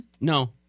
No